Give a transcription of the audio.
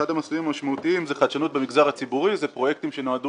אחד המסלול המשמעותיים זה חדשנות במגזר הציבורי ופרויקטים שנועדו